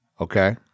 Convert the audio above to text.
okay